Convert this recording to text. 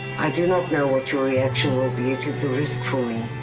i do not know what your reaction will be. it is a risk for me.